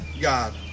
God